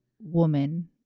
woman